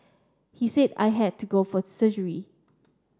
he said I had to go for surgery